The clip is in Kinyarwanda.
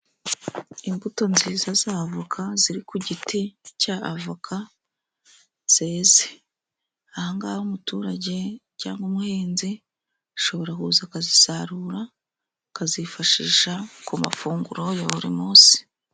Imbuto nziza z'avoka ziri ku giti cy'avoka, zeze aha ngaha, umuturage cyangwa umuhinzi ashobora kuza akazisarura, akazifashisha ku mafunguro ya buri munsi.